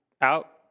out